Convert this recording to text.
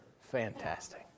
Fantastic